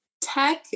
tech